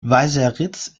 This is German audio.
weißeritz